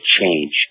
change